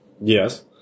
Yes